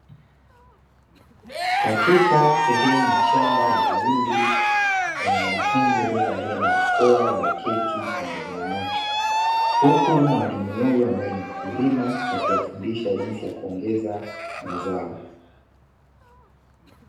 Katika sehemu ya shamba la mahindi, kuna wanafunzi waliovalia barakoa, wameketi pembezoni mwake, huku mwalimu huyu ambaye ni mkulima, akiwafundisha jinsi ya kuongeza mazao.